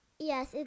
Yes